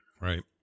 Right